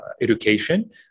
education